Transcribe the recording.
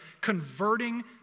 converting